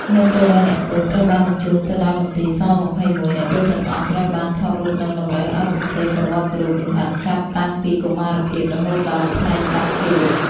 នៅពេលដែលអ្នកទោសត្រូវបានញ្ជូនទៅដល់មន្ទីរស-២១ អ្នកទោសទាំងអស់ត្រូវបានថតរូបនិងតម្រូវឱ្យសរសេរប្រវត្តិរូបលម្អិតចាប់ តាំងពីកុមារភាពរហូតដល់ថ្ងៃចាប់ខ្លួន។